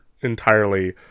entirely